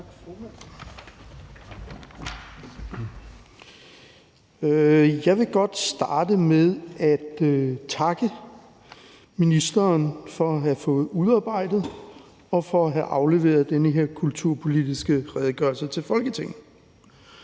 Jeg vil godt starte med at takke ministeren for at have fået udarbejdet og for at have afleveret den her kulturpolitiske redegørelse til Folketinget.